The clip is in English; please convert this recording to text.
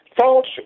false